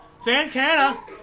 Santana